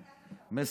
לא הקלטת אותו, נכון?